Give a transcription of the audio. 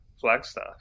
Flagstaff